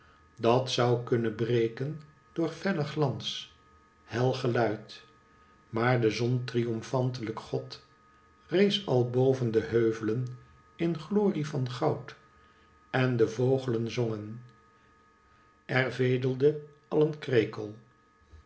dat zou kunnen breken door fellen glans hel geluid maar de zon triomfantelijke god rees al boven de heuvelen in glorie van goud en de vogelen zongen